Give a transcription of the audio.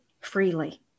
freely